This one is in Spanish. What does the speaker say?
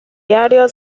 diario